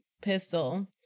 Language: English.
pistol